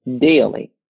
daily